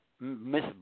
Miss